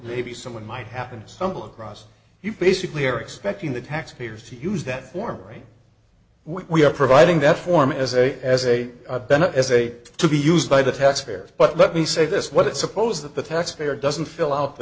maybe someone might happen somebody grosse you basically are expecting the taxpayers to use that form right we are providing that form as a as a benefit as a to be used by the taxpayer but let me say this what it suppose that the taxpayer doesn't fill out the